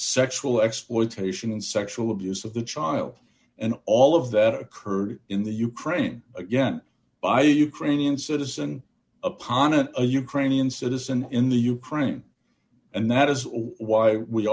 sexual exploitation and sexual abuse of the child and all of that occurred in the ukraine again by ukrainian citizen upon a ukrainian citizen in the ukraine and that is why we